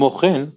כמו כן,